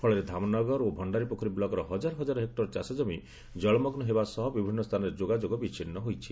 ଫଳରେ ଧାମନଗର ଓ ଭ ବ୍ଲକ୍ର ହଜାର ହଜାର ହେକ୍ଟର ଚାଷଜମି ଜଳମଗ୍ନ ହେବା ସହ ବିଭିନ୍ନ ସ୍କାନରେ ଯୋଗଯୋଗ ବିଛିନ୍ନ ହୋଇଛି